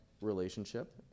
relationship